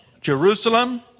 Jerusalem